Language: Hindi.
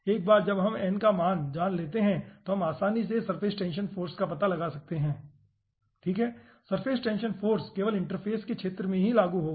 एक बार जब हम n का मान जान लेते हैं तो हम आसानी से सरफेस टेंशन फाॅर्स का पता लगा सकते हैं ठीक है सरफेस टेंशन फाॅर्स केवल इंटरफ़ेस के क्षेत्र में ही लागू होगा